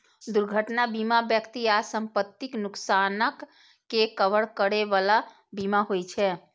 दुर्घटना बीमा व्यक्ति आ संपत्तिक नुकसानक के कवर करै बला बीमा होइ छे